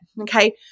okay